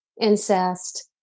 incest